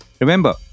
Remember